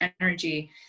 energy